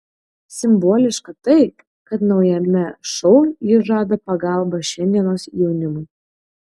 simboliška tai kad naujame šou ji žada pagalbą šiandienos jaunimui